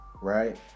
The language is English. right